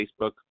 facebook